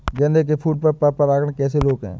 गेंदे के फूल से पर परागण कैसे रोकें?